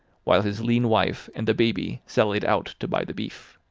while his lean wife and the baby sallied out to buy the beef.